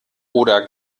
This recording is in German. oder